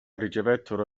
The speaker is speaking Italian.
ricevettero